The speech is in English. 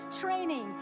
training